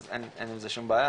אז אין עם זה שום בעיה,